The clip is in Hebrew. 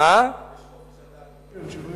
יש חופש הדת.